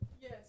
Yes